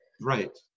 Right